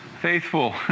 faithful